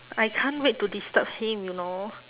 I can't wait to disturb him you know